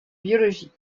biologie